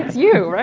you,